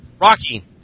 Rocky